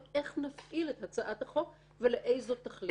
איך להפעיל את הצעת החוק ולאיזו תכלית.